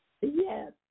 Yes